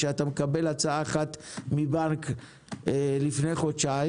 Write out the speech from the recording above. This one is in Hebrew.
שאתה מקבל הצעה אחת מבנק לפני חודשים,